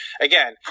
again